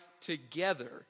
together